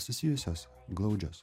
susijusios glaudžios